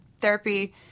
Therapy